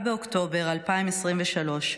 7 באוקטובר 2023,